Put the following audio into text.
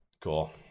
Cool